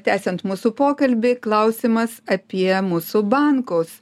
tęsiant mūsų pokalbį klausimas apie mūsų bankus